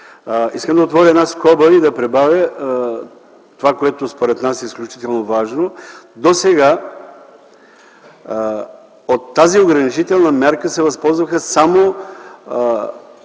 Искам да отворя една скоба и да прибавя това, което според нас е изключително важно. Досега от тази ограничителна мярка се възползваха само